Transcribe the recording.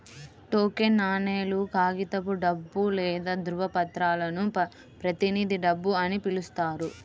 token నాణేలు, కాగితపు డబ్బు లేదా ధ్రువపత్రాలను ప్రతినిధి డబ్బు అని పిలుస్తారు